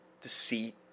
deceit